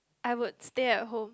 I would stay at home